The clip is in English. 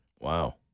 Wow